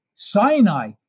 Sinai